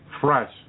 fresh